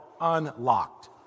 Unlocked